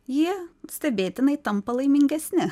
jie stebėtinai tampa laimingesni